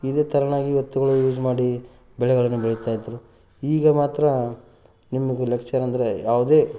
ಇದೇ ತೆರವಾಗಿ ಎತ್ತುಗಳು ಯೂಸ್ ಮಾಡಿ ಬೆಳೆಗಳನ್ನು ಬೆಳಿತಾಯಿದ್ದರು ಈಗ ಮಾತ್ರ ನಿಮಗೆ ಅಂದರೆ ಯಾವುದೇ